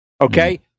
Okay